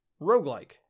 roguelike